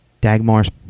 Dagmar's